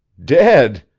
dead?